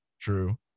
true